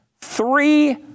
three